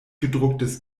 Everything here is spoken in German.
gedrucktes